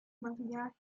maria